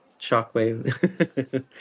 Shockwave